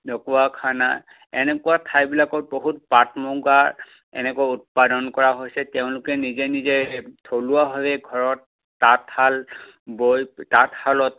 ঢকুৱাখানা এনেকুৱা ঠাইবিলাকত বহুত পাট মুগা এনেকৈ উৎপাদন কৰা হৈছে তেওঁলোকে নিজে নিজে থলুৱাভাৱে ঘৰত তাঁতশাল বই তাঁতশালত